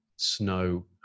snow